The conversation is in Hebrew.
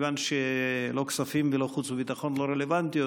מכיוון שכספים וחוץ וביטחון לא רלוונטיות,